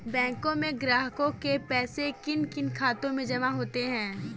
बैंकों में ग्राहकों के पैसे किन किन खातों में जमा होते हैं?